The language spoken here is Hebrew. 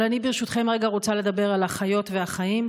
אבל אני ברשותכם רגע רוצה לדבר על החיות והחיים,